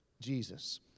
Jesus